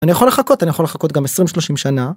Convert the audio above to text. אני יכול לחכות, אני יכול לחכות גם 20-30 שנה.